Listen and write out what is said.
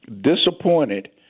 disappointed